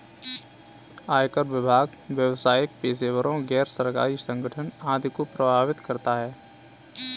आयकर विभाग व्यावसायिक पेशेवरों, गैर सरकारी संगठन आदि को प्रभावित करता है